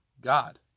God